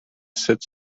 sept